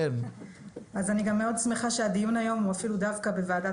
אני מאוד שמחה שהדיון היום הוא דווקא בוועדת